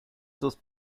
sus